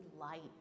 light